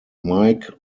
mike